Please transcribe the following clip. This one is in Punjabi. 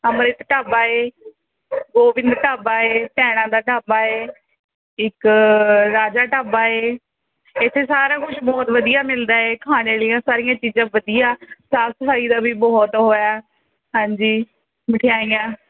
ਅੰਮ੍ਰਿਤ ਢਾਬਾ ਏ ਗੋਬਿੰਦ ਢਾਬਾ ਏ ਭੈਣਾਂ ਦਾ ਢਾਬਾ ਏ ਇੱਕ ਰਾਜਾ ਢਾਬਾ ਏ ਇੱਥੇ ਸਾਰਾ ਕੁਝ ਬਹੁਤ ਵਧੀਆ ਮਿਲਦਾ ਏ ਖਾਣੇ ਲਈ ਸਾਰੀਆਂ ਚੀਜ਼ਾਂ ਵਧੀਆ ਸਾਫ਼ ਸਫਾਈ ਦਾ ਵੀ ਬਹੁਤ ਉਹ ਹੈ ਹਾਂਜੀ ਮਠਿਆਈਆਂ